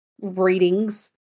readings